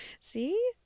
see